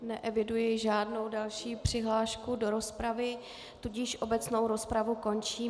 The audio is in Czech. Neeviduji žádnou další přihlášku do rozpravy, tudíž obecnou rozpravu končím.